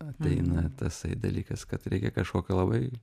ateina tasai dalykas kad reikia kažkokio labai